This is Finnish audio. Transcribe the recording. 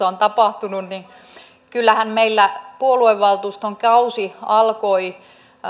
on tapahtunut kyllähän meillä puoluevaltuuston kausi alkoi